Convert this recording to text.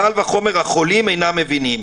קל וחומר החולים, אינם מבינים.